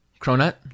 Cronut